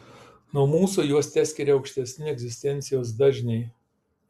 nuo mūsų juos teskiria aukštesni egzistencijos dažniai